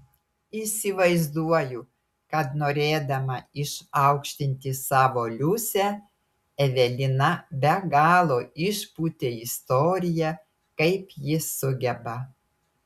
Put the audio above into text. įsivaizduoju kad norėdama išaukštinti savo liusę evelina be galo išpūtė istoriją kaip ji sugeba